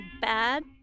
bad